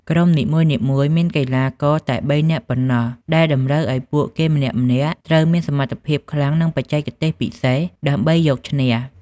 ក្រុមនីមួយៗមានកីឡាករតែបីនាក់ប៉ុណ្ណោះដែលតម្រូវឲ្យពួកគេម្នាក់ៗត្រូវមានសមត្ថភាពខ្លាំងនិងបច្ចេកទេសពិសេសដើម្បីយកឈ្នះ។